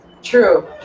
true